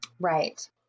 Right